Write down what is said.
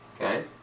Okay